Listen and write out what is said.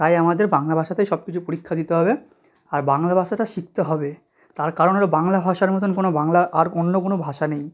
তাই আমাদের বাংলা ভাষাতেই সব কিছু পরীক্ষা দিতে হবে আর বাংলা ভাষাটা শিখতে হবে তার কারণ হলো বাংলা ভাষার মতন কোনো বাংলা আর অন্য কোনো ভাষা নেই